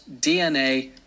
dna